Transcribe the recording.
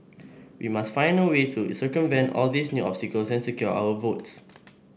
we must find a way to circumvent all these new obstacles and secure our votes